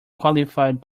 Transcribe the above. qualified